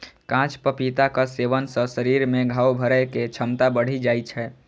कांच पपीताक सेवन सं शरीर मे घाव भरै के क्षमता बढ़ि जाइ छै